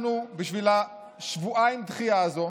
אנחנו, בשביל השבועיים דחייה הזאת